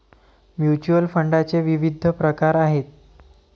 mutual फंडाचे विविध प्रकार आहेत